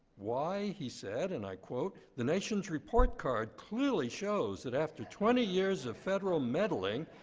why, he said and i quote the nation's report card clearly shows that after twenty years of federal meddling,